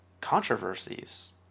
controversies